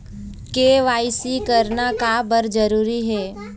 KYC करना का बर जरूरी हे?